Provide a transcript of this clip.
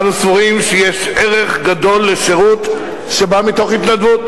אנו סבורים שיש ערך גדול לשירות שבא מתוך התנדבות.